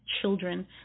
children